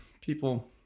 people